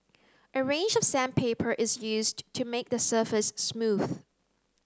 a range of sandpaper is used to make the surface smooth